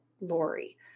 Lori